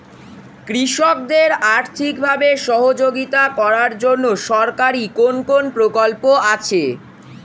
কৃষকদের আর্থিকভাবে সহযোগিতা করার জন্য সরকারি কোন কোন প্রকল্প আছে?